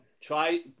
try